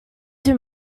too